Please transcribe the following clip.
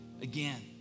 again